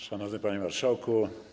Szanowny Panie Marszałku!